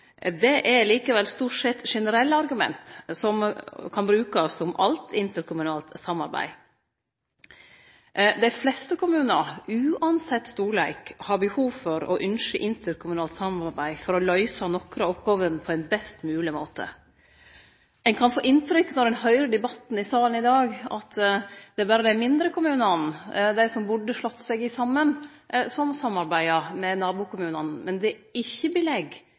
Det er likevel stort sett generelle argument som kan brukast om alt interkommunalt samarbeid. Dei fleste kommunar, uansett storleik, har behov for og ynskjer interkommunalt samarbeid for å løyse nokre av oppgåvene på ein best mogleg måte. Når ein høyrer debatten i salen i dag, kan ein få inntrykk av at det berre er dei mindre kommunane, dei som burde ha slått seg saman, som samarbeider med nabokommunane, men det er ikkje belegg